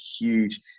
huge